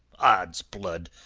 odds blood!